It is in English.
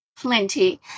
Plenty